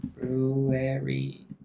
February